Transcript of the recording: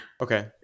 okay